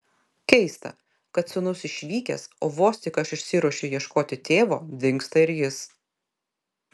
keista kad sūnus išvykęs o vos tik aš išsiruošiu ieškoti tėvo dingsta ir jis